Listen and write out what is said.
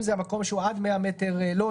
אם זה מקום שלא עולה על 100 מטר רבוע